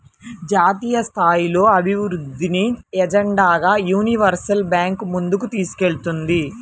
జాతీయస్థాయిలో అభివృద్ధిని ఎజెండాగా యూనివర్సల్ బ్యాంకు ముందుకు తీసుకెళ్తుంది